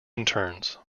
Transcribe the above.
interns